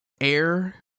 air